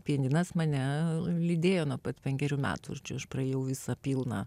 pianinas mane lydėjo nuo pat penkerių metų čia aš praėjau visą pilną